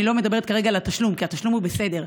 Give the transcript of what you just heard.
אני לא מדברת כרגע על התשלום כי התשלום בסדר.